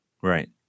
Right